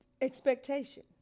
Expectation